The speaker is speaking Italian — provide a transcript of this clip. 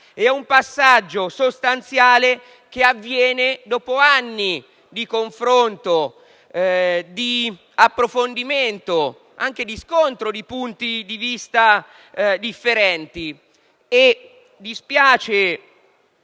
è un passaggio sostanziale, che avviene dopo anni di confronto, di approfondimento e anche di scontro tra punti di vista differenti. Dispiace